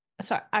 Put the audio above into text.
Sorry